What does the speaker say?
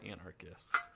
Anarchists